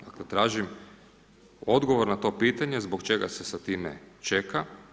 Dakle, tražim odgovor na to pitanje zbog čega se sa time čeka.